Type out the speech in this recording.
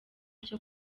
cyo